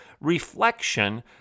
reflection